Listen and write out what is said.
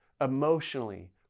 emotionally